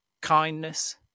kindness